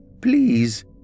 Please